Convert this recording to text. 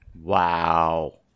wow